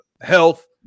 health